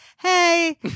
hey